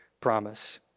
promise